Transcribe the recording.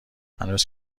هنوز